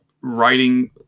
writing